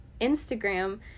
instagram